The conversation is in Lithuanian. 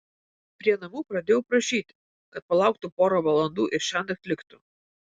prie namų pradėjau prašyti kad palauktų porą valandų ir šiąnakt liktų